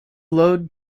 load